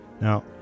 Now